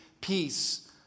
peace